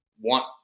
want